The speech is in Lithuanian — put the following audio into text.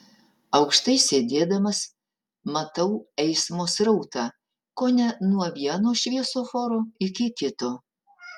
aukštai sėdėdamas matau eismo srautą kone nuo vieno šviesoforo iki kito